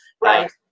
Right